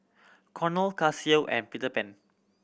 Cornell Casio and Peter Pan